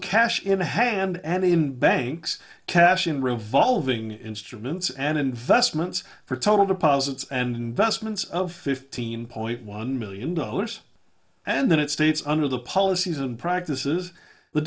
cash in hand and in banks cash in revolving instruments and investments for total deposits and investments of fifteen point one million dollars and then it states under the policies and practices the